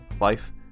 life